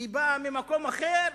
היא באה ממקום אחר,